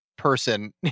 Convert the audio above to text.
person